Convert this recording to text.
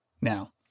now